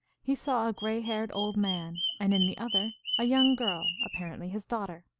he saw a gray-haired old man, and in the other a young girl, apparently his daughter.